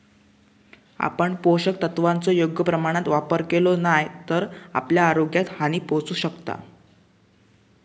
आपण पोषक तत्वांचो योग्य प्रमाणात वापर केलो नाय तर आपल्या आरोग्याक हानी पोहचू शकता